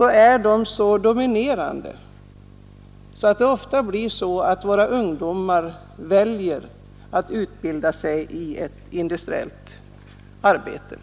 är så dominerande att ungdomarna ofta väljer att utbilda sig till ett industriellt arbete.